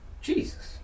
Jesus